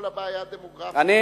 דרך אגב,